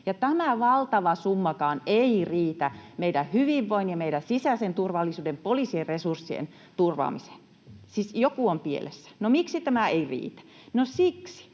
tämä valtava summakaan ei riitä meidän hyvinvoinnin ja meidän sisäisen turvallisuuden, poliisin resurssien turvaamiseen. Siis joku on pielessä. No, miksi tämä ei riitä? No siksi,